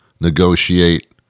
Negotiate